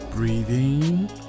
breathing